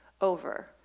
over